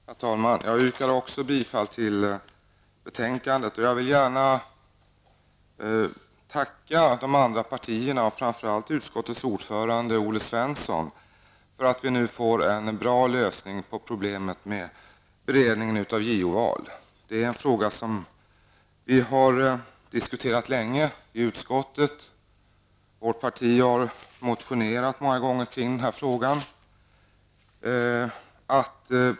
Herr talman! Jag yrkar också bifall till hemställan i betänkandet. Jag vill gärna tacka de andra partierna, och framför allt utskottets ordförande Olle Svensson, för att vi nu får en bra lösning på problemet med beredningen av JO-val. Vi har diskuterat det här länge i utskottet, och vårt parti har motionerat många gånger i frågan.